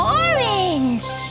orange